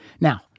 Now